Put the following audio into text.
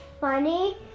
funny